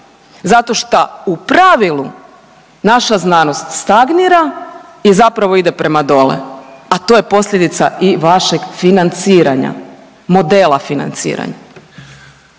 zato šta u pravilu naša znanost stagnira i zapravo ide prema dole, a to je posljedica i vašeg financiranja, modela financiranja.